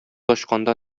ачканда